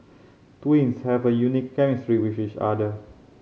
twins have a unique chemistry with each other